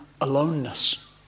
aloneness